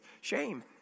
shame